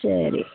சரி